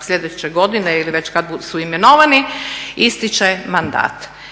sljedeće godine ili već kada su imenovani ističe mandat.